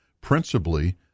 Principally